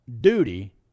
duty